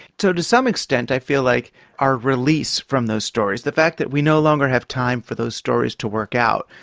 so to some extent i feel like our release from those stories, the fact that we no longer have time for those stories to work out,